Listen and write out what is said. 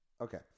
Okay